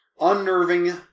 unnerving